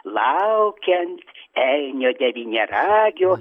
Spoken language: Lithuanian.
laukiant elnio devyniaragio